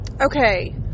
okay